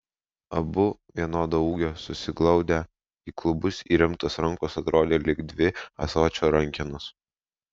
abu vienodo ūgio susiglaudę į klubus įremtos rankos atrodė lyg dvi ąsočio rankenos